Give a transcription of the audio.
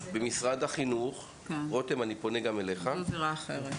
במשרד החינוך, רותם, אני פונה גם אליך,